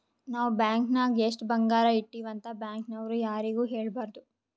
ನಾವ್ ಬ್ಯಾಂಕ್ ನಾಗ್ ಎಷ್ಟ ಬಂಗಾರ ಇಟ್ಟಿವಿ ಅಂತ್ ಬ್ಯಾಂಕ್ ನವ್ರು ಯಾರಿಗೂ ಹೇಳಬಾರ್ದು